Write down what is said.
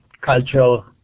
cultural